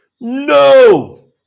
No